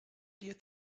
dir